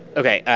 ok.